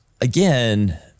again